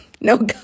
No